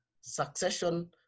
succession